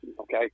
Okay